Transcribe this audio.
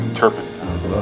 turpentine